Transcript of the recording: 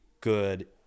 good